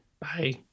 Bye